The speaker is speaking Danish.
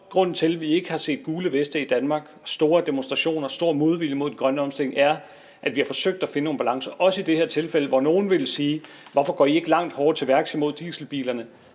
grunden til, at vi ikke har set gule veste i Danmark, store demonstrationer og stor modvilje mod den grønne omstilling, er, at vi har forsøgt at finde nogle balancer. Det gælder også i det her tilfælde, hvor nogle ville sige: Hvorfor går I ikke langt hårdere til værks imod dieselbilerne?